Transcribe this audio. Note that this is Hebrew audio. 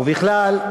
ובכלל,